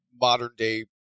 modern-day